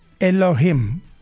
Elohim